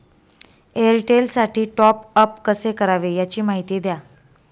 एअरटेलसाठी टॉपअप कसे करावे? याची माहिती द्या